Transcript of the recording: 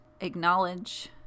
acknowledge